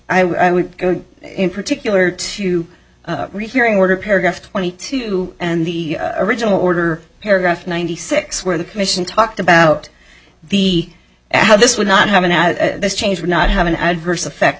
i would go in particular to rehearing order paragraph twenty two and the original order paragraph ninety six where the commission talked about the how this would not happen at this change would not have an adverse effect